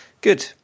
good